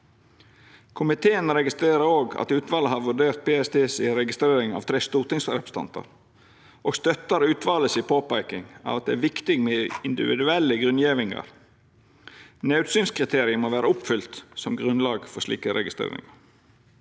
Komiteen registrerer òg at utvalet har vurdert PST si registrering av tre stortingsrepresentantar, og støttar utvalet si påpeiking av at det er viktig med individuelle grunngjevingar. Naudsynskriteriet må vera oppfylt som grunnlag for slike registreringar.